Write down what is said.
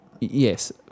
Yes